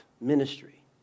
ministry